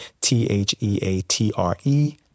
T-H-E-A-T-R-E